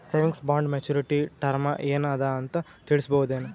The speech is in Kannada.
ಸೇವಿಂಗ್ಸ್ ಬಾಂಡ ಮೆಚ್ಯೂರಿಟಿ ಟರಮ ಏನ ಅದ ಅಂತ ತಿಳಸಬಹುದೇನು?